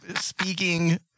speaking